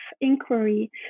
inquiry